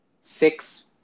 six